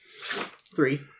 Three